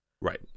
right